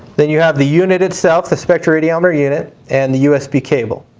then you have the unit itself the spectroradiometer unit and the usb cable